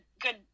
good